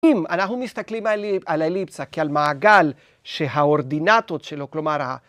‫אם אנחנו מסתכלים על אליפסה, ‫כעל מעגל שהאורדינטות שלו, ‫כלומר ה..